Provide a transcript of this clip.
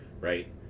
right